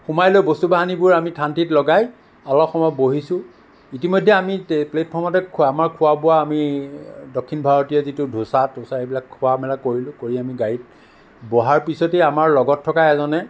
সোমাই লৈ বস্তু বাহিনীবোৰ আমি ঠান ঠিত লগাই অলপ সময় বহিছো ইতিমধ্যে আমি প্লেটফৰ্মতে আমাৰ খোৱা বোৱা আমি দক্ষিণ ভাৰতীয় যিটো ধোচা টোচা সেইবিলাক খোৱা মেলা কৰিলোঁ কৰি আমি গাড়ীত বহাৰ পিছতে আমাৰ লগত থকা এজনে